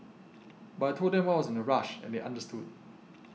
but I told them why I was in a rush and they understood